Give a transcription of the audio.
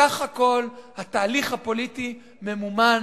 בסך הכול התהליך הפוליטי ממומן